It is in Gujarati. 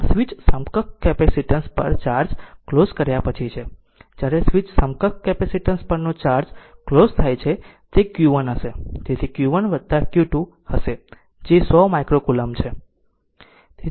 આમ સ્વીચ સમકક્ષ કેપેસીટન્સ પર ચાર્જ ક્લોઝ કર્યા પછી છે જ્યારે સ્વીચ સમકક્ષ કેપેસીટન્સ પરનો ચાર્જ ક્લોઝ થાય છે તે q 1 હશે તે q 1 q 2 હશે જે 100 માઇક્રો કૂલોમ્બ છે